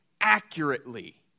accurately